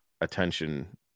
attention